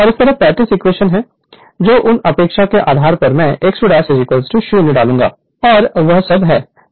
और इसी तरह 35 इक्वेशन है तो इस उपेक्षा के आधार पर मैं x 2 0 डालूँगा और वह सब है